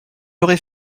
aurait